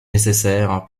nécessaire